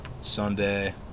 Sunday